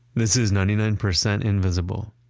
this is ninety nine percent invisible.